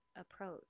approach